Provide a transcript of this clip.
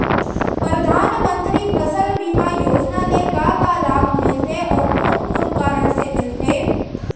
परधानमंतरी फसल बीमा योजना ले का का लाभ मिलथे अऊ कोन कोन कारण से मिलथे?